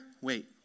wait